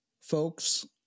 folks